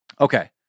Okay